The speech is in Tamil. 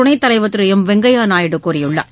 துணைத் தலைவர் திரு எம் வெங்கய்யா நாயுடு கூறியுள்ளார்